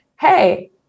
hey